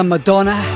Madonna